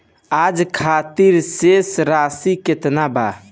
आज खातिर शेष राशि केतना बा?